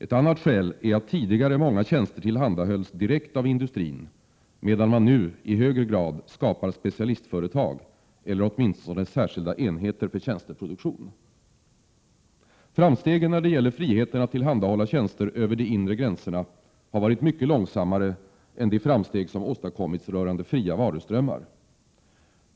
Ett annat skäl är att tidigare många tjänster tillhandahölls direkt av industrin, medan man nu i högre grad skapar specialistföretag eller åtminstone särskilda enheter för tjänsteproduktion.” ”Framstegen när det gäller friheten att tillhandahålla tjänster över de inre gränserna har varit mycket långsammare än de framsteg, som åstadkommits rörande fria varuströmmar.